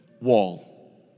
wall